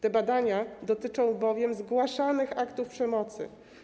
Te badania dotyczą bowiem zgłaszanych aktów przemocy.